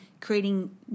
creating